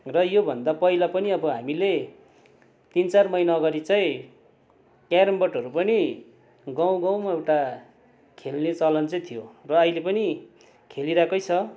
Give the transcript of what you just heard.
र योभन्दा पहिला पनि अब हामीले तिन चार महिना अगाडि चाहिँ क्यारमबोटहरू पनि गाउँ गाउँमा एउटा खेल्ने चलन चाहिँ थियो र अहिले पनि खेलिरहेकै छ